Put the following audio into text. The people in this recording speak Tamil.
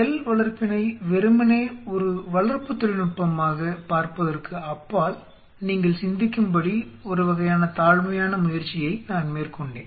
செல் வளர்ப்பினை வெறுமனே ஒரு வளர்ப்பு தொழில்நுட்பமாக பார்ப்பதற்கு அப்பால் நீங்கள் சிந்திக்கும்படி ஒரு வகையான தாழ்மையான முயற்சியை நான் மேற்கொண்டேன்